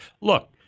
Look